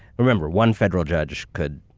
remember, one federal judge could